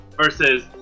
Versus